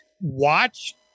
watch